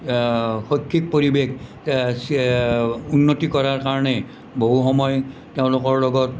শৈক্ষিক পৰিৱেশ উন্নতি কৰাৰ কাৰণে বহু সময় তেওঁলোকৰ লগত